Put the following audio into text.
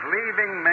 Leaving